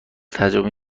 تجربه